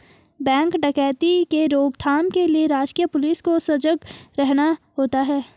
bank डकैती के रोक थाम के लिए राजकीय पुलिस को सजग रहना होता है